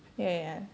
ya ya ya